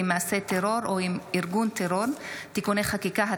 עם מעשה טרור או עם ארגון טרור (תיקוני חקיקה),